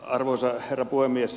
arvoisa herra puhemies